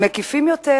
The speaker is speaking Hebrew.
מקיפים יותר,